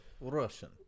Russian